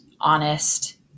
honest